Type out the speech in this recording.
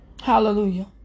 Hallelujah